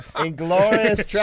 Inglorious